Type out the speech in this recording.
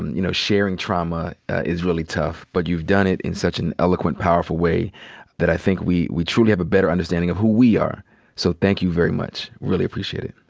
you know, sharing trauma is really tough, but you've done it in such an eloquent, powerful way that i think we we truly have a better understanding of who we are. so thank you very much. really appreciate it.